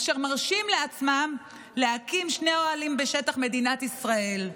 אשר מרשים לעצמם להקים שני אוהלים בשטח מדינת ישראל.